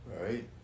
Right